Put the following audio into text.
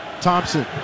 Thompson